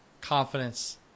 confidence